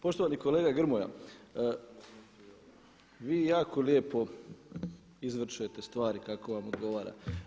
Poštovani kolega Grmoja vi jako lijepo izvrćete stvari kako vam odgovara.